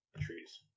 Trees